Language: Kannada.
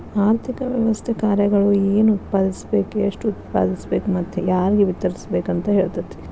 ಆರ್ಥಿಕ ವ್ಯವಸ್ಥೆ ಕಾರ್ಯಗಳು ಏನ್ ಉತ್ಪಾದಿಸ್ಬೇಕ್ ಎಷ್ಟು ಉತ್ಪಾದಿಸ್ಬೇಕು ಮತ್ತ ಯಾರ್ಗೆ ವಿತರಿಸ್ಬೇಕ್ ಅಂತ್ ಹೇಳ್ತತಿ